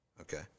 Okay